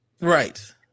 Right